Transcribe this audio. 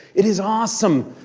it is awesome.